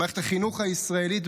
במערכת החינוך הישראלית,